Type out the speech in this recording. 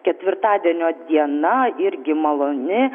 ketvirtadienio diena irgi maloni